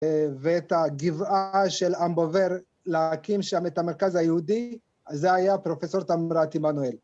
‫ואת הגבעה של עמבובר, ‫להקים שם את המרכז היהודי, ‫זה היה פרופ' תמרת עמנואל.